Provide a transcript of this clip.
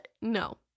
No